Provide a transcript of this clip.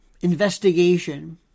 investigation